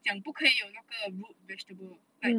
讲不可以有那个 root vegetable like